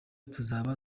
tuzaba